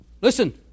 Listen